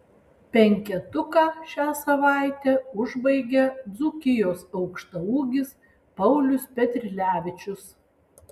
penketuką šią savaitę užbaigia dzūkijos aukštaūgis paulius petrilevičius